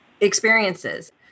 experiences